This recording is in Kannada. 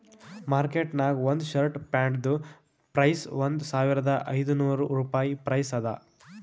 ಮಾರ್ಕೆಟ್ ನಾಗ್ ಒಂದ್ ಶರ್ಟ್ ಪ್ಯಾಂಟ್ದು ಪ್ರೈಸ್ ಒಂದ್ ಸಾವಿರದ ಐದ ನೋರ್ ರುಪಾಯಿ ಪ್ರೈಸ್ ಅದಾ